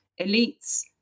elites